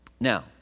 now